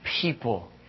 people